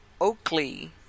Oakley